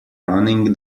running